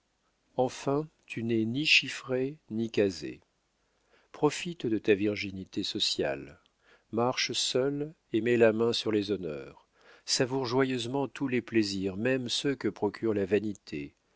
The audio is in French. enfin tu n'es ni chiffré ni casé profite de ta virginité sociale marche seul et mets la main sur les honneurs savoure joyeusement tous les plaisirs même ceux que procure la vanité